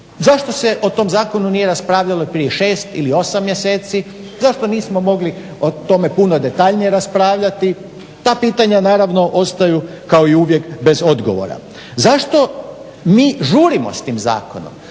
Zašto se o tom zakonu nije raspravljalo prije 6 ili 8 mjeseci, zašto nismo mogli o tome puno detaljnije raspravljati, ta pitanja naravno ostaju kao i uvijek bez odgovora. Zašto mi žurimo s tim zakonom,